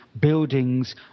buildings